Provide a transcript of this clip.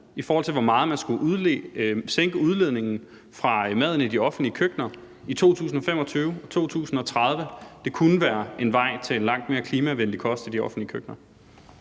i forhold til hvor meget man skal sænke udledningen fra maden i de offentlige køkkener i 2025 og 2030? Det kunne være en vej til en langt mere klimavenlig kost i de offentlige køkkener.